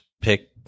pick